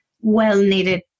well-needed